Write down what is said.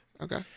okay